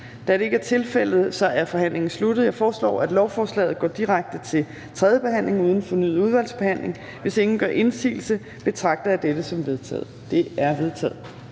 9, tiltrådt af udvalget? Det er vedtaget. Jeg foreslår, at lovforslagene går direkte til tredje behandling uden fornyet udvalgsbehandling. Hvis ingen gør indsigelse, betragter jeg dette som vedtaget. Det er vedtaget.